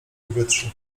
powietrzu